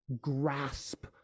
grasp